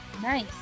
Nice